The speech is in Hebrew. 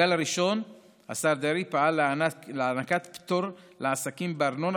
בגל הראשון השר דרעי פעל להענקת פטור לעסקים בארנונה